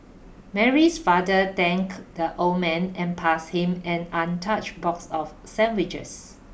Mary's father thanked the old man and passed him an untouched box of sandwiches